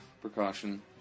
precaution